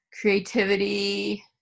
Creativity